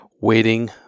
waiting